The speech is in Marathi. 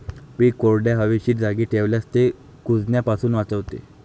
पीक कोरड्या, हवेशीर जागी ठेवल्यास ते कुजण्यापासून वाचते